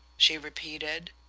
she repeated.